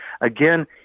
again